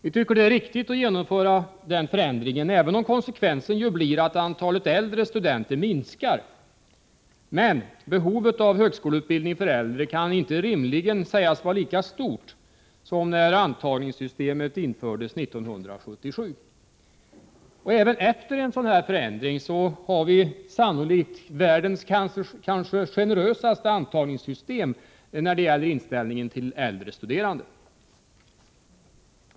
Vi tycker att det är riktigt att genomföra den förändringen, även om konsekvensen blir att antalet äldre sökande minskar. Behovet av högskoleutbildning för äldre kan inte rimligen sägas vara lika stort som när antagningssystemet infördes 1977. Även efter en sådan här förändring har vi sannolikt världens kanske generösaste antagningssystem för äldrestuderande.